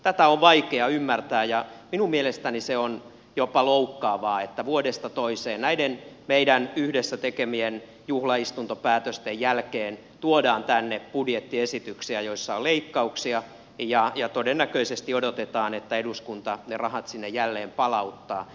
tätä on vaikea ymmärtää ja minun mielestäni se on jopa loukkaavaa että vuodesta toiseen näiden meidän yhdessä tekemiemme juhlaistuntopäätösten jälkeen tuodaan tänne budjettiesityksiä joissa on leikkauksia ja todennäköisesti odotetaan että eduskunta ne rahat sinne jälleen palauttaa